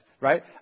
right